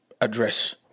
address